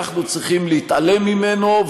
אנחנו צריכים להתעלם ממנו,